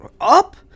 up